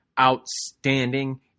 outstanding